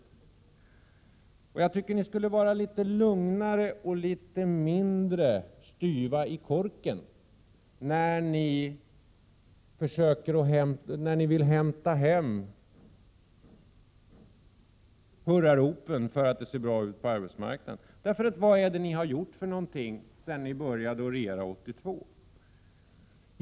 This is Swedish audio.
Jag tycker att ni skulle vara litet lugnare och litet mindre styva i korken när ni vill hämta hem hurraropen för att det ser bra ut på arbetsmarknaden. Vad är det ni har gjort för någonting sedan ni började regera 1982?